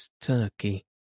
turkey